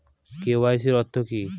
KYC অর্থ কি?